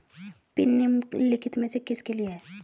Pin निम्नलिखित में से किसके लिए है?